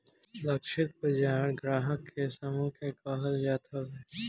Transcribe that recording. लक्षित बाजार ग्राहक के समूह के कहल जात हवे